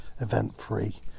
event-free